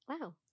Wow